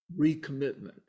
recommitment